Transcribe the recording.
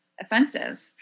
Offensive